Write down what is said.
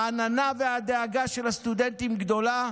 העננה והדאגה של הסטודנטים גדולה,